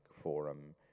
Forum